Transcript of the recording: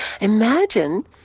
imagine